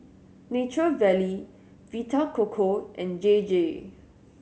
Nature Valley Vita Coco and J J